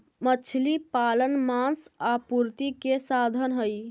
मछली पालन मांस आपूर्ति के साधन हई